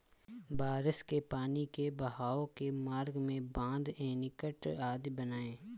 बारिश के पानी के बहाव के मार्ग में बाँध, एनीकट आदि बनाए